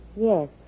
Yes